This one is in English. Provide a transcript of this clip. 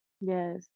Yes